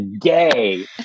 gay